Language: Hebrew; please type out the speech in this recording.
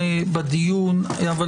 פ/988/24.